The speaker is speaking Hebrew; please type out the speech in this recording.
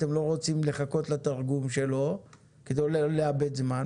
אתם לא רוצים לחכות לתרגום שלו כדי לא לאבד זמן,